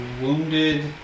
wounded